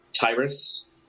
Tyrus